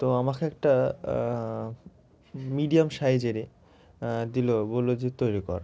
তো আমাকে একটা মিডিয়াম সাইজেরই দিলো বললো যে তৈরি কর